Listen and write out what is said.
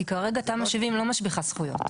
כי כרגע תמ"א 70 לא משביחה זכויות.